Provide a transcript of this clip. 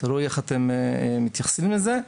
תלוי איך אתם מתייחסים לזה,